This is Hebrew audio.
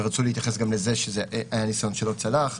ורצוי להתייחס גם לזה שזה היה ניסיון שלא צלח.